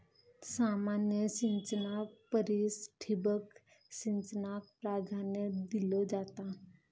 सामान्य सिंचना परिस ठिबक सिंचनाक प्राधान्य दिलो जाता